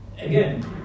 again